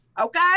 Okay